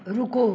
रुको